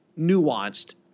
nuanced